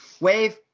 wave